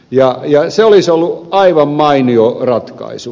ja se olisi ollut aivan mainio ratkaisu